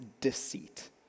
deceit